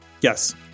yes